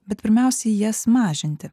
bet pirmiausiai jas mažinti